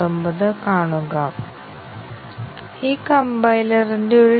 Y ഉണ്ടായിരിക്കണം അതാണ് ഞങ്ങൾ നൽകേണ്ട ഇൻപുട്ട്